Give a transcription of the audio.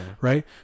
Right